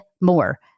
more